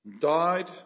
died